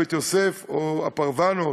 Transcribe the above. בית-יוסף או ה"פרוונות",